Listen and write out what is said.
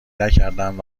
نکردند